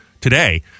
today